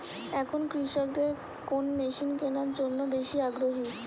এখন কৃষকদের কোন মেশিন কেনার জন্য বেশি আগ্রহী?